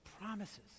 promises